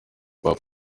hop